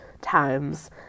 times